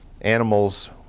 Animals